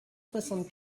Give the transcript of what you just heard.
soixante